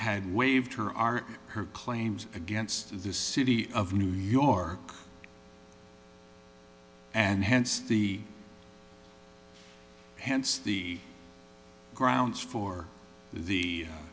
had waived her are her claims against the city of new york and hence the hence the grounds for the